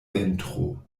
ventro